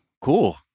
Cool